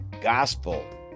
gospel